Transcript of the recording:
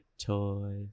toys